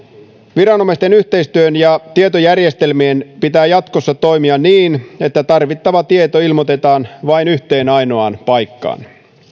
viranomaisten yhteistyön ja tietojärjestelmien pitää jatkossa toimia niin että tarvittava tieto ilmoitetaan vain yhteen ainoaan paikkaan